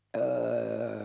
uh